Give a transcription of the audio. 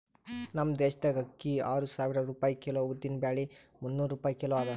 ನಮ್ ದೇಶದಾಗ್ ಅಕ್ಕಿ ಆರು ಸಾವಿರ ರೂಪಾಯಿ ಕಿಲೋ, ಉದ್ದಿನ ಬ್ಯಾಳಿ ಮುನ್ನೂರ್ ರೂಪಾಯಿ ಕಿಲೋ ಅದಾ